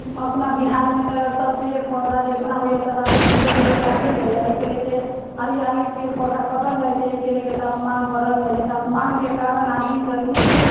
अपना बिहारमे तऽ सभ पेड़ पौधा जेतना होइया सभ आदमी धीरे धीरे काटले जाइया एहिके लेके हरिआली पेड़ पौधा कटल जाइत छै एहिके लेके तापमान बढ़ल जाइत छै तापमानके कारण आदमी गर्मी से